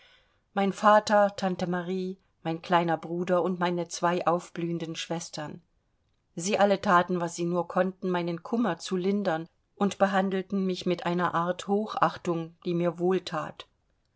mein vater tante marie mein kleiner bruder und meine zwei aufblühenden schwestern sie alle thaten was sie nur konnten meinen kummer zu lindern und behandelten mich mit einer art hochachtung die mir wohlthat